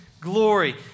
glory